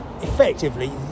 effectively